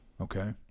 Okay